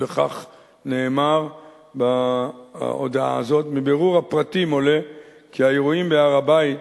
וכך נאמר בהודעה הזאת: מבירור הפרטים עולה כי האירועים בהר-הבית,